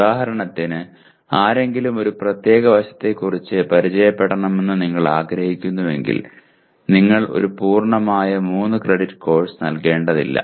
ഉദാഹരണത്തിന് ആരെങ്കിലും ഒരു പ്രത്യേക വശത്തെക്കുറിച്ച് പരിചയപ്പെടണമെന്ന് നിങ്ങൾ ആഗ്രഹിക്കുന്നുവെങ്കിൽ നിങ്ങൾ ഒരു പൂർണ്ണമായ 3 ക്രെഡിറ്റ് കോഴ്സ് നൽകേണ്ടതില്ല